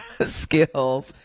skills